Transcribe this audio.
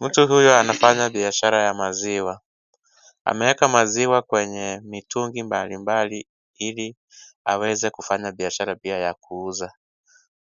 Mtu huyu anafanya biashara ya maziwa, ameeka maziwa kwenye mitungi mbali mbali, ili, aweze kufanya biashara pia ya kuuza,